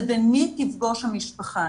לבין מי תפגוש המשפחה.